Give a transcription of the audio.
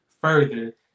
further